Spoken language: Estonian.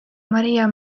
maria